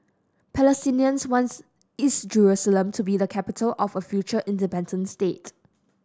Palestinians wants East Jerusalem to be the capital of a future independent state